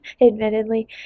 admittedly